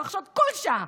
מתרחשות כל שעה,